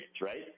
right